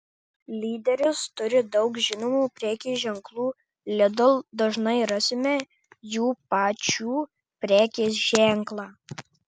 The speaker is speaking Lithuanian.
lyderis turi daug žinomų prekės ženklų lidl dažnai rasime jų pačių prekės ženklą